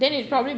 okay